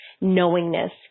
knowingness